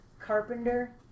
Carpenter